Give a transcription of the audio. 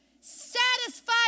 Satisfied